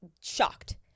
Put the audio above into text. shocked